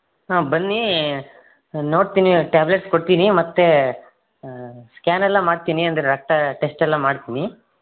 ಆ ಬನ್ನಿ ನೋಡ್ತೀನಿ ಟ್ಯಾಬ್ಲೆಟ್ಸ್ ಕೊಡ್ತೀನಿ ಮತ್ತು ಸ್ಕ್ಯಾನೆಲ್ಲ ಮಾಡ್ತೀನಿ ಅಂದರೆ ರಕ್ತ ಟೆಸ್ಟೆಲ್ಲ ಮಾಡ್ತೀನಿ